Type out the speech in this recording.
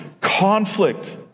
conflict